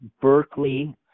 Berkeley